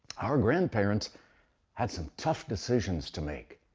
our grandparents had some tough decisions to make,